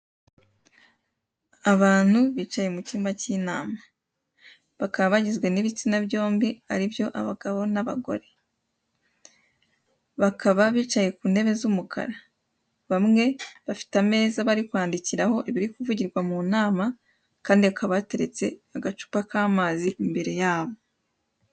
Abantu bicaye mucyumba k'inama bakaba bagizwe n'ibistina byombi aribyo abagabo n'abagore, bakaba bicaye ku ntebe z'umukara bamwe bafite ameza barikwandikiraho ibiri kuvugirwa mu nama kandi hakaba hateretse agakupa k'amazi imbere yabo.